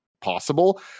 possible